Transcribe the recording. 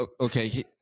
okay